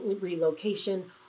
relocation